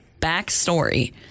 Backstory